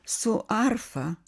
su arfa